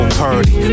purdy